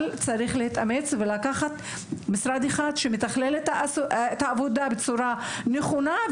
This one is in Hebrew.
אבל צריך להתאמץ ולקחת משרד אחד שמתכלל את העבודה בצורה נכונה,